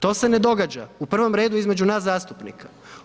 To se ne događa, u prvom redu između nas zastupnika.